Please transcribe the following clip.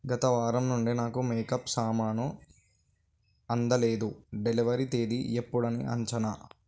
గత వారం నుండి నాకు మేకప్ సామాను అందలేదు డెలివరీ తేదీ ఎప్పుడని అంచనా